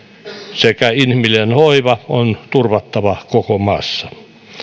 sekä inhimillinen hoiva on turvattava koko maassa